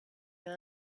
than